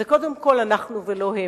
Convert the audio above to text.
וזה קודם כול "אנחנו" ולא "הם".